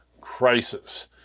crisis